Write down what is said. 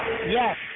Yes